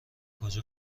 کجا